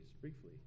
briefly